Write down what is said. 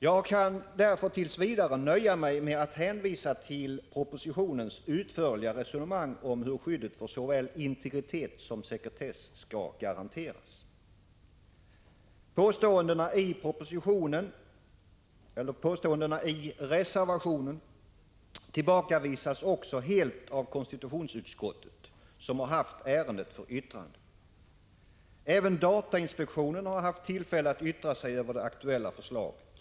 Jag kan därför tills vidare nöja mig med att hänvisa till propositionens utförliga resonemang om hur skyddet för såväl integritet som sekretess skall garanteras. Påståendena i reservationen tillbakavisas också helt av konstitutionsut skottet, som haft ärendet för yttrande. Även datainspektionen har haft Prot. 1985/86:147 tillfälle att yttra sig över det aktuella förslaget.